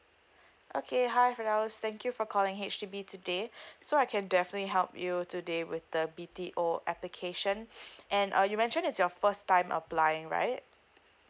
okay hi firdaus thank you for calling H_D_B today so I can definitely help you today with the B_T_O application and uh you mentioned it's your first time applying right